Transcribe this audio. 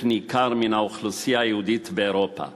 ניכר מן האוכלוסייה היהודית באירופה.